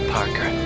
Parker